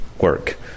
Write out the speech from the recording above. work